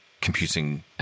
computing